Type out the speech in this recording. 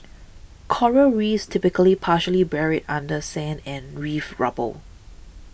coral Reefs typically partially buried under sand and reef rubble